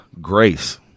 grace